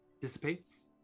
dissipates